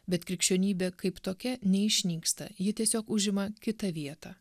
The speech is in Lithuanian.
bet krikščionybė kaip tokia neišnyksta ji tiesiog užima kitą vietą